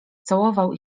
całował